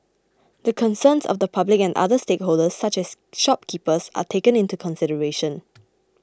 the concerns of the public and other stakeholders such as shopkeepers are taken into consideration